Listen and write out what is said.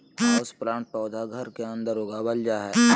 houseplant पौधा घर के अंदर उगावल जा हय